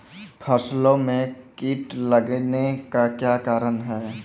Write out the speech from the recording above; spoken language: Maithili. फसलो मे कीट लगने का क्या कारण है?